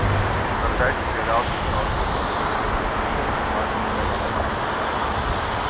iš mergaičių geriausiai šaudė noreikiškių šeštaklasė ieva tamašauskaitė